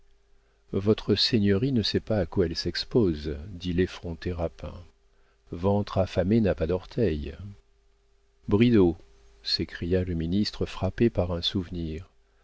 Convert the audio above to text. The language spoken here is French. votre seigneurie ne sait pas à quoi elle s'expose dit l'effronté rapin ventre affamé n'a pas d'orteils bridau s'écria le ministre frappé par un souvenir